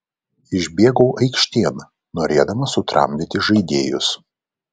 išbėgau aikštėn norėdamas sutramdyti žaidėjus